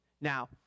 Now